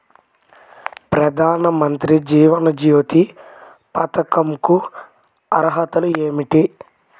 ప్రధాన మంత్రి జీవన జ్యోతి పథకంకు అర్హతలు ఏమిటి?